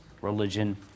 religion